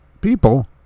people